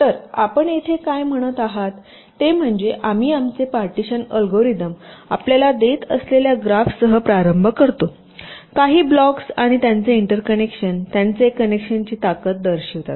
तर आपण येथे काय म्हणत आहात ते म्हणजे आम्ही आमचे पार्टिशन अल्गोरिदम आपल्याला देत असलेल्या ग्राफसह प्रारंभ करतो काही ब्लॉक्स आणि त्यांचे एंटर कनेक्शन त्यांचे कनेक्शनची ताकद दर्शवितात